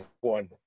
one